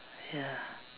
ya